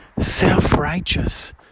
Self-righteous